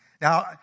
Now